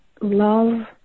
love